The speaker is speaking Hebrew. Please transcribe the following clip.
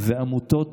ועמותות